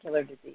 disease